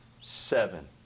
seven